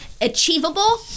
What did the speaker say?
achievable